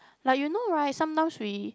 like you know right sometimes we